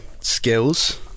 skills